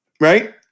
right